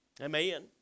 Amen